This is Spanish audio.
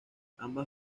ambas